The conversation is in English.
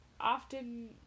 often